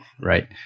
right